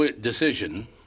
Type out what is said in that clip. decision